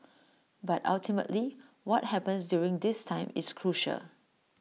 but ultimately what happens during this time is crucial